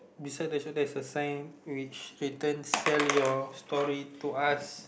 beside the shop there is a sigh which written sell your story to us